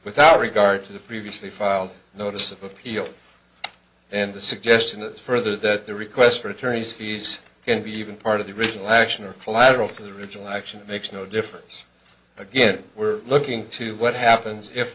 without regard to the previously filed notice of appeal and the suggestion that further that the request for attorney's fees can be even part of the original action or collateral for the original action it makes no difference again we're looking to what happens if